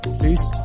Peace